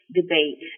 debate